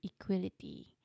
equality